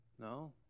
No